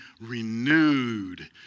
renewed